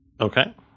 Okay